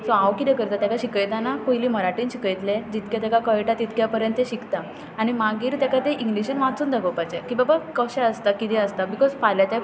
so हांव किदें करता ताका शिकयताना पयलीं मराठीन शिकयतलें जितकें तेका कळटा तितक्या पर्यन ते शिकता आनी मागीर ताका तें इंग्लिशीन वाचून दाखोवपाचें की बाबा कशें आसता किदें आसता बिकॉज फाल्यां त्या